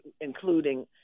including